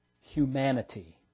humanity